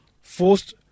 forced